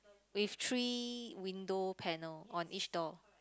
with three window panel on each door